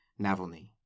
Navalny